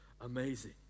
amazing